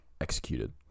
executed